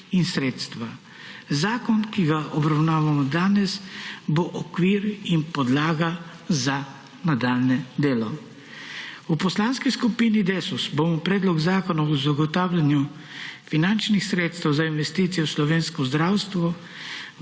in sredstva. Zakon, ki ga obravnavamo danes, bo okvir in podlaga za nadaljnje delo. V Poslanski skupini DeSUS bomo predlog Zakona o zagotavljanju finančnih sredstev za investicije v slovensko zdravstvo